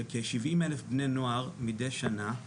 שכ-70 אלף בני נוער מדי שנה,